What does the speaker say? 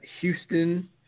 Houston